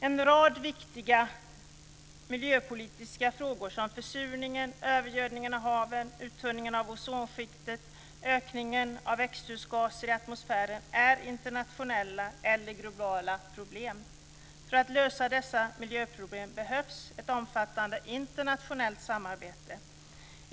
En rad viktiga miljöpolitiska frågor såsom försurningen, övergödningen av haven, uttunningen av ozonskiktet, ökningen av växthusgaser i atmosfären är internationella eller globala problem. För att lösa dessa miljöproblem behövs ett omfattande internationellt samarbete.